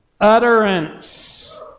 utterance